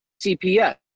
CPS